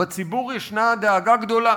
בציבור ישנה דאגה גדולה.